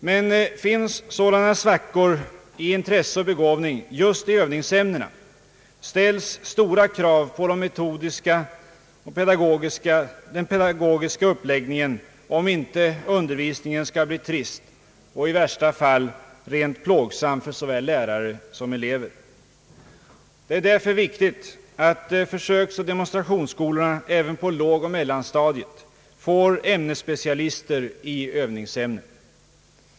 Men finns sådana svackor i intresse och begåvning just i övningsämnena, ställs stora krav på den metodiska och pedagogiska uppläggningen, om inte undervisningen skall bli trist och i värsta fall rent plågsam för såväl lärare som elever. Det är därför viktigt att försöksoch demonstrationsskolorna även på lågoch mellanstadiet får ämnesspecialister i övningsämnena.